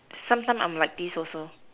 sometime I'm like this also